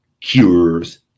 cures